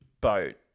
boat